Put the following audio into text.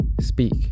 speak